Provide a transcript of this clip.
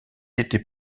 été